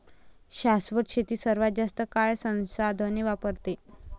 शाश्वत शेती सर्वात जास्त काळ संसाधने वापरते